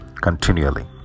continually